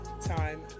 time